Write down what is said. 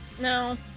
No